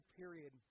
period